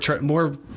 more